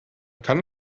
kann